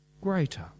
greater